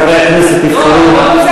מה שחברי הכנסת יבחרו.